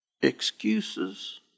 Excuses